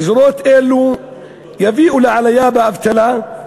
גזירות אלו יביאו לעלייה באבטלה,